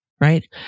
right